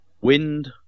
wind